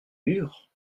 murs